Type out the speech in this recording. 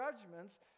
judgments